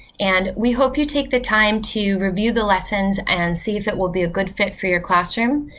and we hope you take the time to review the lessons and see if it will be a good fit for your classroom.